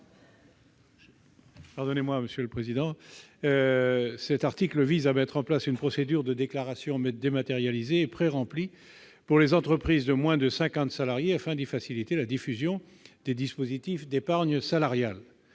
M. Jean-Louis Tourenne. Cet amendement vise à mettre en place une procédure de déclaration dématérialisée et pré-remplie pour les entreprises de moins de 50 salariés, afin d'y faciliter la diffusion des dispositifs d'épargne salariale.